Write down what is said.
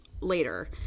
later